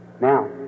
Now